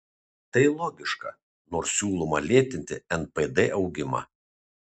tai logiška nors siūloma lėtinti npd augimą